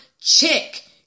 chick